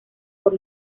por